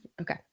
okay